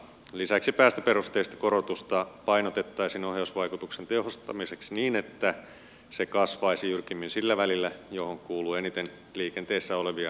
lisäksi päästöperusteista korotusta painotettaisiin ohjausvaikutuksen tehostamiseksi niin että se kasvaisi jyrkimmin sillä välillä johon kuuluu eniten liikenteessä olevia ajoneuvoja